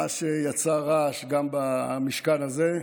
מה שיצר רעש גם במשכן הזה,